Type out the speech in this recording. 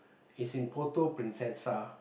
is in Poto Princessa